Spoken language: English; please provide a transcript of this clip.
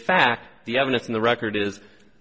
fact the evidence in the record is